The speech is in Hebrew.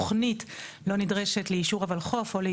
קודם כל מה שאמרת עכשיו זה נכון אני לא